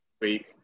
week